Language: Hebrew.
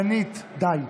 דנית, די.